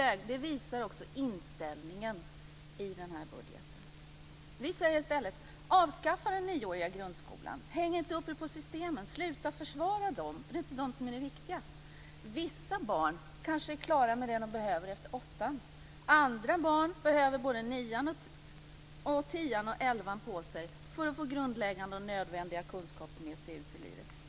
Det visar också inställningen i budgeten. Vi i Centerpartiet säger i stället: Avskaffa den nioåriga grundskolan! Häng inte upp er på systemen! Sluta upp med att försvara dem, de är inte systemen som är det viktiga. Vissa barn är kanske klara med det som de behöver redan efter åttonde årskursen. Andra barn kan behöva årskurserna nio, tio och kanske årskurs elva på sig för att få grundläggande och nödvändiga kunskaper med sig ut i livet.